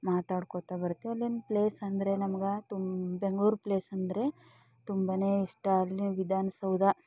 ಮಾತಾಡ್ಕೋತ ಬರ್ತೀವಿ ಅಲ್ಲಿಂದು ಪ್ಲೇಸ್ ಅಂದರೆ ನಮಗೆ ತುಂ ಬೆಂಗಳೂರು ಪ್ಲೇಸ್ ಅಂದರೆ ತುಂಬನೇ ಇಷ್ಟ ಅಲ್ಲಿನ ವಿಧಾನಸೌಧ